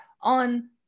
on